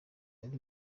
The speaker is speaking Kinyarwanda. ari